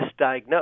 misdiagnosed